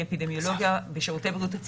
מבצע החיסונים והמועילות של החיסונים